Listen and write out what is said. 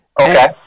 Okay